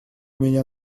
меня